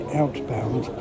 outbound